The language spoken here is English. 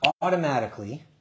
automatically